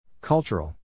Cultural